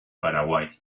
paraguay